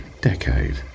decade